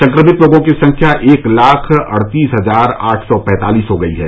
संक्रमित लोगों की संख्या एक लाख अड़तीस हजार आठ सौ पैंतालीस हो गई है